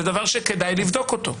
זה דבר שכדאי לבדוק אותו,